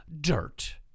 dirt